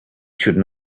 should